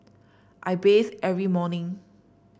I bathe every morning